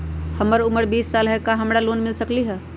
हमर उमर बीस साल हाय का हमरा लोन मिल सकली ह?